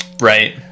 Right